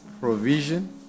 provision